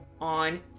on